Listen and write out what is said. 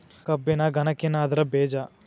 ಕಬ್ಬಿನ ಗನಕಿನ ಅದ್ರ ಬೇಜಾ